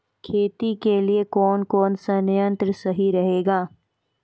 खेती के लिए कौन कौन संयंत्र सही रहेगा?